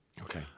Okay